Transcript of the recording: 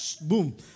boom